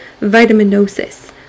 vitaminosis